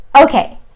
Okay